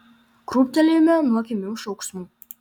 krūptelėjome nuo kimių šauksmų